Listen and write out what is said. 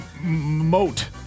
Moat